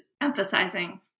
emphasizing